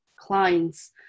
Clients